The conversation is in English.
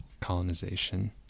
colonization